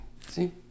See